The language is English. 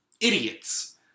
idiots